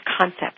concept